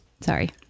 Sorry